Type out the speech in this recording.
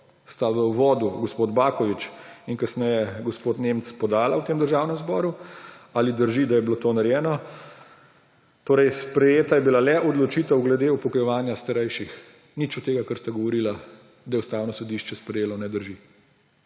sta jo v uvodu gospod Baković in kasneje gospod Nemec podala v tem državnem zboru, ali drži, da je bilo to narejeno − sprejeta je bila le odločitev glede upokojevanja starejših. Nič od tega, kar sta govorila, da je Ustavno sodišče sprejelo, ne drži.